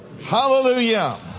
Hallelujah